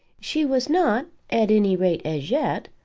she was not, at any rate as yet,